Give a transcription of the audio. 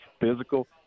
physical